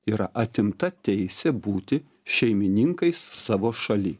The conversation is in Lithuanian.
yra atimta teisė būti šeimininkais savo šaly